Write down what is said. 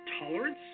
tolerance